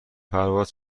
پرواز